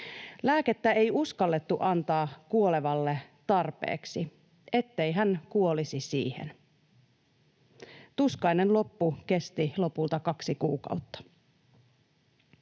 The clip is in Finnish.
Lääkettä ei uskallettu antaa kuolevalle tarpeeksi, ettei hän kuolisi siihen. Tuskainen loppu kesti lopulta kaksi kuukautta.